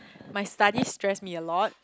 my studies stress me a lot